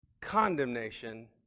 condemnation